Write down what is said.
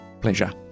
Pleasure